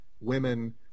women